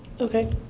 okay.